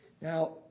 Now